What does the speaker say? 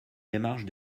démarche